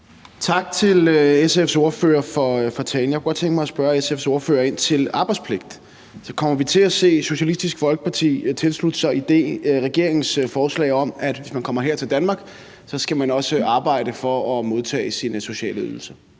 Tak til SF's ordfører for talen. Jeg kunne godt tænke mig at spørge SF's ordfører ind til arbejdspligt. Kommer vi til at se Socialistisk Folkeparti tilslutte sig regeringens forslag om, at hvis man kommer her til Danmark, skal man også arbejde for at modtage sine sociale ydelser?